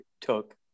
took